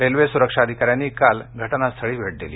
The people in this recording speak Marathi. रेल्वे सुरक्षा अधिकार्यांनी काल घटनास्थळी भेट दिली